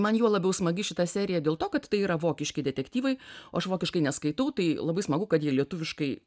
man juo labiau smagi šita serija dėl to kad tai yra vokiški detektyvai o aš vokiškai neskaitau tai labai smagu kad jie lietuviškai